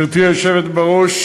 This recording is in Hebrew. גברתי היושבת בראש,